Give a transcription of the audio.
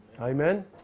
Amen